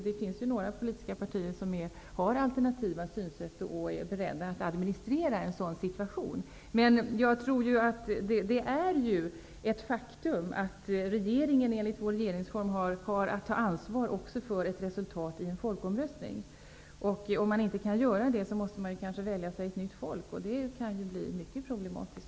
Det finns ju några politiska partier som har alternativa synsätt och som är beredda att administrera en sådan situation. Det är ett faktum att regeringen enligt vår regeringsform har att ta ansvar också för ett resultat i en folkomröstning. Om den inte kan göra detta måste den kanske välja sig ett nytt folk. Det tror jag kan bli mycket problematiskt.